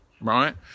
right